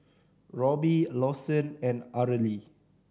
Robby Lawson and Arely